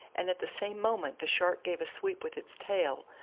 and at the same moment the shark gave a sweep with its tail,